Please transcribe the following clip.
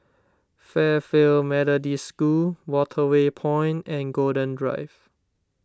Fairfield Methodist School Waterway Point and Golden Drive